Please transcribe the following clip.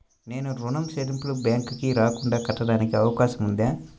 నేను ఋణం చెల్లింపులు బ్యాంకుకి రాకుండా కట్టడానికి అవకాశం ఉందా?